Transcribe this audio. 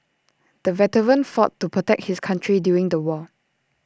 the veteran fought to protect his country during the war